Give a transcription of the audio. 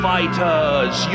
Fighters